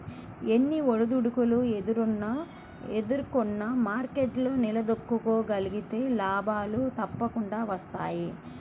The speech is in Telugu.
ఎన్ని ఒడిదుడుకులు ఎదుర్కొన్నా మార్కెట్లో నిలదొక్కుకోగలిగితే లాభాలు తప్పకుండా వస్తాయి